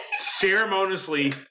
ceremoniously